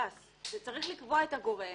צריך לקבוע את הגורם